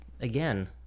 again